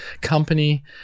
company